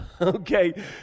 Okay